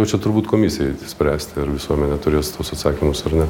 čia turbūt komisijai spręsti ar visuomenė turės tuos atsakymus ar ne